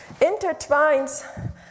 intertwines